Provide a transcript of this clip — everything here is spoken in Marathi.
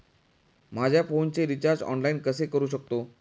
माझ्या फोनचे रिचार्ज ऑनलाइन कसे करू शकतो?